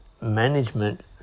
management